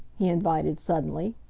he invited suddenly.